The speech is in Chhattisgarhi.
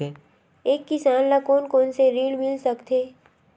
एक किसान ल कोन कोन से ऋण मिल सकथे?